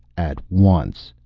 at once!